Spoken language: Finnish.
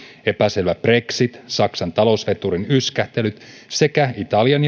epäselvä brexit saksan talousveturin yskähtelyt sekä italian